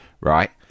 right